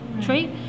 trait